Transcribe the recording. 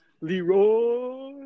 Leroy